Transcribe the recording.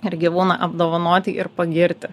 ir gyvūną apdovanoti ir pagirti